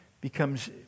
becomes